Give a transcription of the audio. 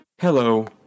Hello